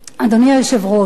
"אדוני היושב-ראש,